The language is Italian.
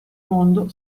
mondo